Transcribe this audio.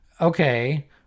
okay